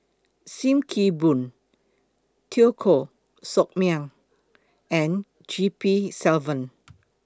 SIM Kee Boon Teo Koh Sock Miang and G P Selvam